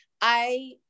I-